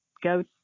go